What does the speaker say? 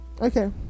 Okay